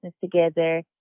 together